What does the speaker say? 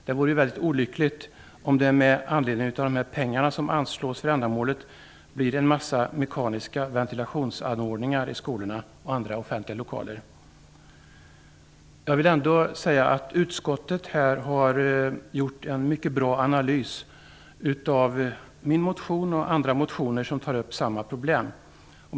Det vore väldigt olyckligt om det med anledning av de pengar som anslås för ändamålet blir en massa mekaniska ventilationsanordningar i skolor och andra offentliga lokaler. Jag vill ändå säga att utskottet har gjort en mycket bra analys av min motion och andra motioner som tar upp samma problem.